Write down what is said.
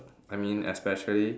I mean especially